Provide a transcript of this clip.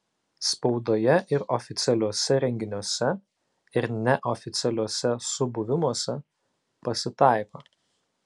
spaudoje ir oficialiuose renginiuose ir neoficialiuose subuvimuose pasitaiko